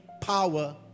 power